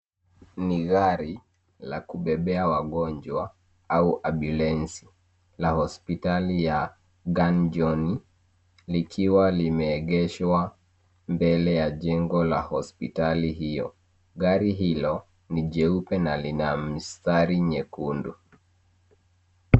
Ni gari la kubebea wagonjwa au ambyulensi la hospitali ya Ganjoni likiwa limeegeshwa mbele ya jengo la hospitali hiyo. Gari hilo ni jeupe na lina mistari nyekundu.